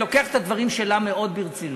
אני לוקח את הדברים שלה מאוד ברצינות,